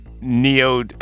Neo